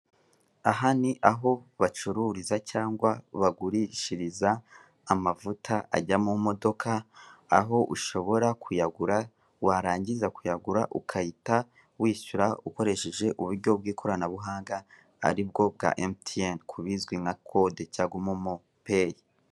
Aha ni aho bacururiza cyangwa bagurishiriza amavuta ajya mumodoka, aho ushobora kuyagura warangiza kuyagura, ugahita wishyura ukoresheje uburyo bw'ikoranabuhanga aribwo bwa emutiyeni kubizwi nka kode cyangwa momo peyi.